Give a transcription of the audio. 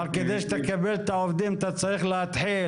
אבל כדי שתקבל את העובדים אתה צריך להתחיל.